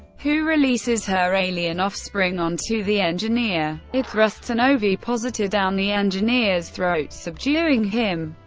who releases her alien offspring onto the engineer it thrusts an ovipositor down the engineer's throat, subduing him.